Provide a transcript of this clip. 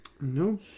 No